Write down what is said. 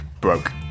broke